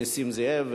נסים זאב,